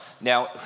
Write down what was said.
now